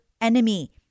enemy